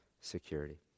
security